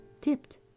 tipped